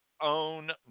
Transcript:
own